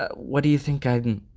ah what do you think? i mean,